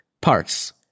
parts